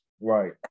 right